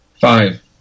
Five